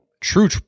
true